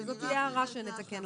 נתקן את זה בהמשך.